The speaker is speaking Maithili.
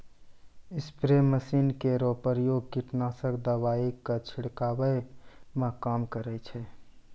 स्प्रे मसीन केरो प्रयोग कीटनाशक दवाई क छिड़कावै म काम करै छै